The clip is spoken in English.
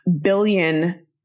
billion